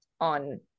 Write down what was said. on